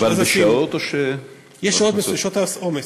מוגבל בשעות, או, שעות עומס.